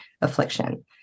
affliction